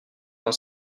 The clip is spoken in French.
d’un